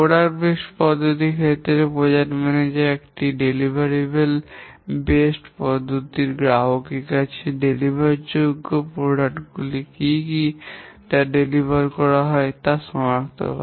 পণ্য ভিত্তিক পদ্ধতির ক্ষেত্রে প্রকল্প ম্যানেজার একটি বিতরণযোগ্য ভিত্তিক পদ্ধতির গ্রাহকের কাছে বিতরণ যোগ্য পণ্যs গুলি বা কী কী বিতরণ করা হয় তা সনাক্ত করে